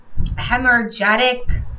hemorrhagic